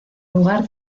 lugar